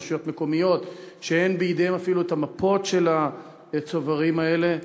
ורשויות מקומיות שאין בידיהן אפילו המפות של הצוברים האלה.